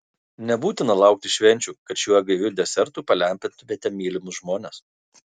nebūtina laukti švenčių kad šiuo gaiviu desertu palepintumėte mylimus žmones